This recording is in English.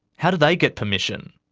how do they get permission?